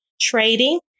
trading